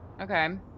Okay